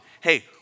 hey